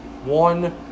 One